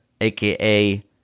aka